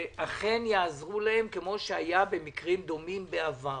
שאכן יעזרו להם כפי שהיה במקרים דומים בעבר.